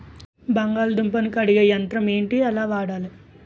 బంగాళదుంప ను కడిగే యంత్రం ఏంటి? ఎలా వాడాలి?